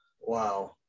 Wow